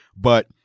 But-